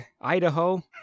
Idaho